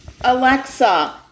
Alexa